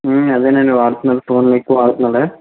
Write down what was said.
అదేనండి వాడుతున్నాడా ఫోన్ ఎక్కువ వాడుతున్నాడా